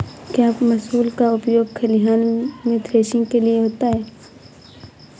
क्या मूसल का उपयोग खलिहान में थ्रेसिंग के लिए होता है?